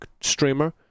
streamer